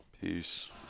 Peace